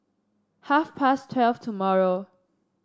half past twelve tomorrow